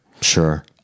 sure